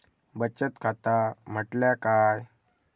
बचत खाता म्हटल्या काय?